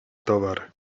towar